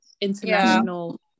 international